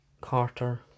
Carter